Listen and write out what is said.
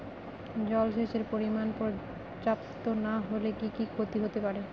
জলসেচের পরিমাণ পর্যাপ্ত না হলে কি কি ক্ষতি হতে পারে?